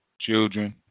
Children